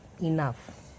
enough